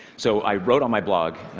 so i wrote on my blog,